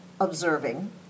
observing